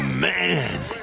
Man